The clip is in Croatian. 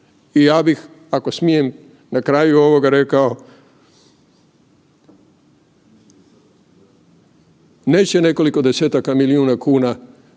I ja bih ako smijem na kraju ovoga rekao neće nekoliko desetaka milijuna kuna